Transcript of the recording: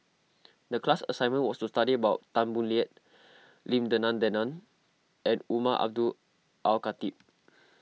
the class assignment was to study about Tan Boo Liat Lim Denan Denon and Umar Abdullah Al Khatib